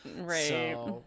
right